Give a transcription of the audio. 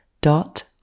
dot